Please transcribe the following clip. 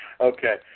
okay